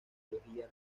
ideología